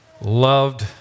Loved